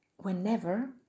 Whenever